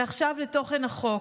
ועכשיו לתוכן החוק.